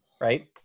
right